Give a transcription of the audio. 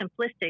simplistic